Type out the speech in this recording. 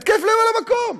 התקף לב על המקום.